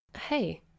Hey